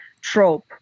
trope